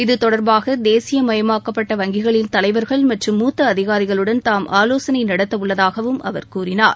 இது தொடர்பாக தேசிய மையமாக்கப்பட்ட வங்கிகளின் தலைவர்கள் மற்றும் மூத்த அதிகாரிகளுடன் தாம் ஆலோசனை நடத்தவுள்ளதாகவும் அவர் கூறினார்